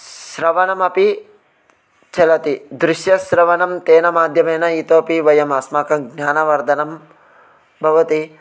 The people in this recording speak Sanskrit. स् श्रवणमपि चलति दृश्य श्रवणं तेन माद्यमेन इतोपि वयममस्माकं ज्ञानवर्धनं भवति